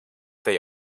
they